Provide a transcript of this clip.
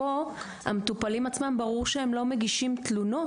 פה המטופלים עצמם ברור שהם לא מגישים תלונות.